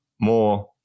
more